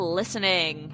listening